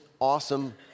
awesome